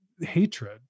hatred